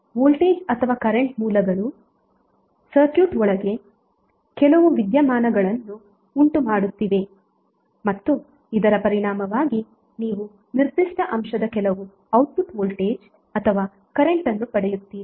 voltage ಅಥವಾ current ಮೂಲಗಳು circuit ಒಳಗೆ ಕೆಲವು ವಿದ್ಯಮಾನಗಳನ್ನು ಉಂಟುಮಾಡುತ್ತಿವೆ ಮತ್ತು ಇದರ ಪರಿಣಾಮವಾಗಿ ನೀವು ನಿರ್ದಿಷ್ಟ ಅಂಶದ ಕೆಲವು ಔಟ್ಪುಟ್ ವೋಲ್ಟೇಜ್ ಅಥವಾ ಕರೆಂಟ್ ಅನ್ನು ಪಡೆಯುತ್ತೀರಿ